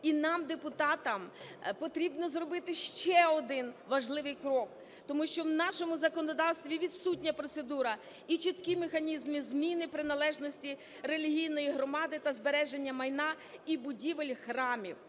І нам депутатам потрібно зробити ще один важливий крок, тому що в нашому законодавстві відсутня процедура і чіткі механізми зміни приналежності релігійної громади та збереження майна і будівель храмів.